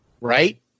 right